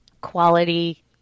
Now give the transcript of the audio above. quality